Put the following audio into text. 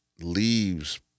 leaves